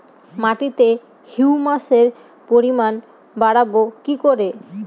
মাটিতে হিউমাসের পরিমাণ বারবো কি করে?